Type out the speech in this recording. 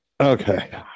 Okay